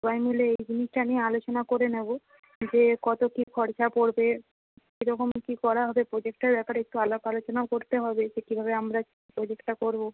সবাই মিলে এই জিনিসটা নিয়ে আলোচনা করে নেব যে কত কী খরচা পড়বে কীরকম কী করা হবে প্রজেক্টটার ব্যাপারে একটু আলাপ আলোচনাও করতে হবে যে কীভাবে আমরা প্রজেক্টটা করব